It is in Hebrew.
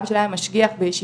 אבא שלה היה משגיח בישיבה,